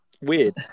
weird